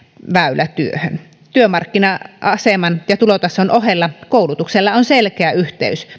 väylä työhön työmarkkina aseman ja tulotason ohella koulutuksella on selkeä yhteys